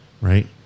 Right